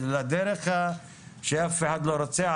ולדרך שאף אחד לא רוצה.